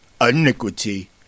iniquity